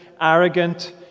arrogant